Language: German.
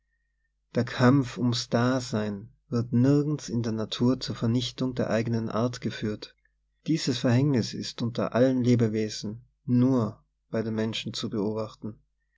der kampf ums dasein wird nirgends in der natur zur vernichtung der eigenen art geführt dieses verhängnis ist unter allen lebewesen nur bei den menschen zu beobachten